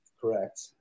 correct